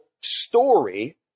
story